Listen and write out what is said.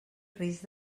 risc